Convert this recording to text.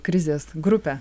krizės grupę